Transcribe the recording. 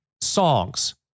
songs